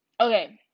okay